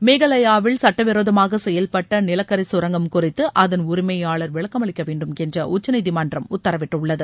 மேகாலயாவில் சுட்டவிரோதமாக செயல்பட்ட நிலக்கரி கரங்கம் குறித்து அதன் உரிமையாளர் விளக்கமளிக்க வேண்டும் என்று உச்சநீதிமன்றம் உத்தரவிட்டுள்ளது